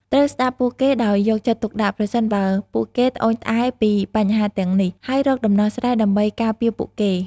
ត្រូវស្តាប់ពួកគេដោយយកចិត្តទុកដាក់ ប្រសិនបើពួកគេត្អូញត្អែរពីបញ្ហាទាំងនេះ ហើយរកដំណោះស្រាយដើម្បីការពារពួកគេ។